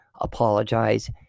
apologize